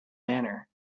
manner